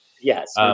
Yes